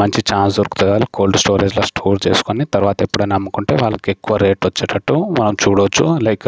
మంచి ఛాన్స్ దొరుకుతుంది కోల్డ్ స్టోరేజ్లో స్టోర్ చేసుకొని తర్వాత ఎప్పుడైనా అమ్ముకుంటే వాళ్లకి ఎక్కువ రేటు వచ్చేటట్టు మనం చూడవచ్చు లైక్